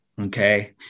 Okay